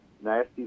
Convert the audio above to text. Nasty